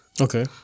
Okay